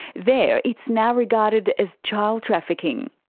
there it's now regarded as child trafficking.